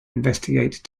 investigate